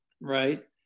right